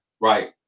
right